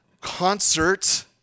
concert